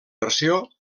versió